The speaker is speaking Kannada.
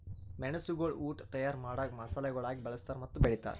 ಮೆಣಸುಗೊಳ್ ಉಟ್ ತೈಯಾರ್ ಮಾಡಾಗ್ ಮಸಾಲೆಗೊಳಾಗಿ ಬಳ್ಸತಾರ್ ಮತ್ತ ಬೆಳಿತಾರ್